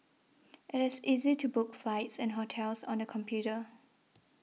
it is easy to book flights and hotels on the computer